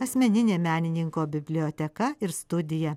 asmeninė menininko biblioteka ir studija